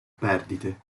perdite